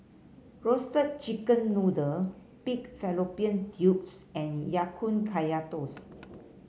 Roasted Chicken Noodle Pig Fallopian Tubes and Ya Kun Kaya Toast